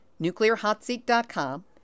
nuclearhotseat.com